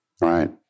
right